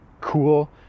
cool